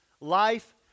Life